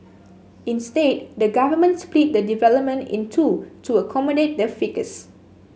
instead the government split the development in two to accommodate the ficus